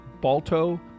Balto